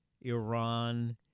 Iran